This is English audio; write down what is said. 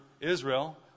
Israel